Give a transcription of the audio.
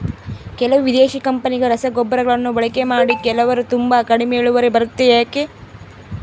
ಕೆಲವು ವಿದೇಶಿ ಕಂಪನಿಗಳ ರಸಗೊಬ್ಬರಗಳನ್ನು ಬಳಕೆ ಮಾಡಿ ಕೆಲವರು ತುಂಬಾ ಕಡಿಮೆ ಇಳುವರಿ ಬರುತ್ತೆ ಯಾಕೆ?